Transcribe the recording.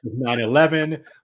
9-11